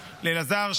לאלעזר,